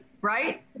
right